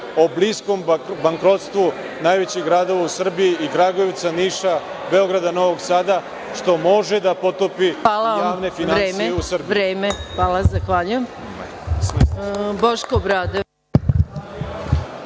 o bliskom bankrotstvu najvećih gradova u Srbiji, Kragujevca, Niša, Beograda, Novog Sada, što može da potopi javne finansije u Srbiji. **Maja Gojković** Vreme. Hvala. Zahvaljujem. Reč ima